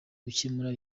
gukemura